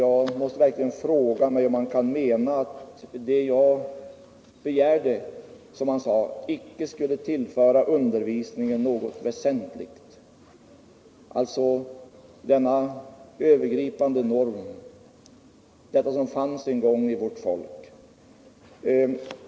Jag måste verkligen fråga mig om han kan mena att det jag begärde ”icke skulle tillföra undervisningen något väsentligt” — denna övergripande norm, detta som fanns en gång i vårt folk.